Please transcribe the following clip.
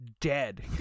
dead